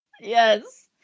Yes